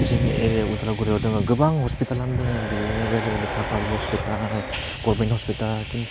जोंनि एरियाव उदालगुरियाव दङ गोबां हस्पिटालानो दङो बिदिनो बायदि बायदि खाख्लारि हस्पिटाल गरमेन हस्पिटाल